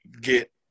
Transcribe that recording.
get